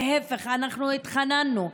להפך, אנחנו התחננו.